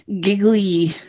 giggly